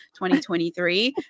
2023